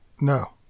No